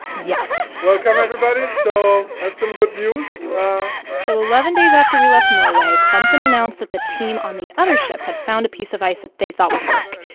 yes welcome, um everybody. so i have some good news so eleven days after we left norway, krumpen announced that the team on the other ship had found a piece of ice that they thought would work.